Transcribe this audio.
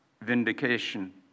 vindication